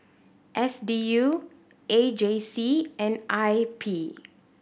S D U A J C and I P